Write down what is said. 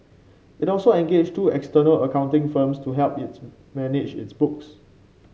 it also engaged two external accounting firms to help its manage its books